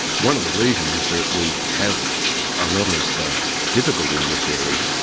one of the reasons that we have a lot of difficulty in this area,